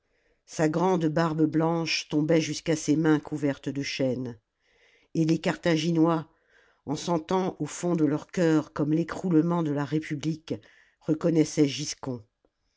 sa grande barbe blanche tombait jusqu'à ses mains couvertes de chaînes et les carthaginois en sentant au fond de leur cœur comme l'écroulement de la république reconnaissaient giscon